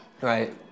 Right